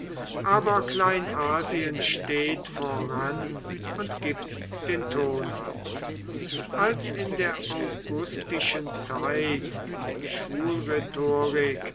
aber kleinasien steht voran und gibt den ton an als in der augustischen zeit die